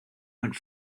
went